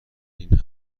این